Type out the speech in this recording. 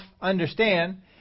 understand